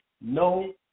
no